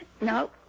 No